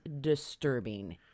disturbing